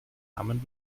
namen